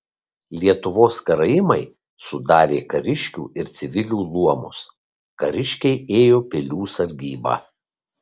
lietuvos karaimai sudarė kariškių ir civilių luomus kariškiai ėjo pilių sargybą